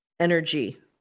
energy